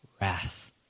wrath